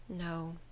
No